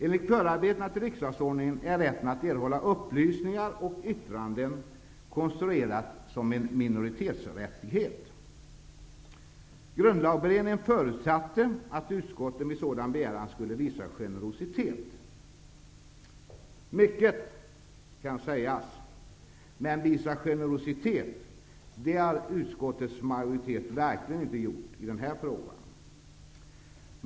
Enligt förarbetena till riksdagsordningen är rätten att erhålla upplysningar och yttranden konstruerad som en minoritetsrättighet. Grundlagberedningen förutsatte att utskotten vid sådan begäran skulle visa generositet. Mycket kan sägas, men visat generositet, det har utskottets majoritet verkligen inte gjort i den här frågan.